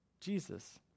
Jesus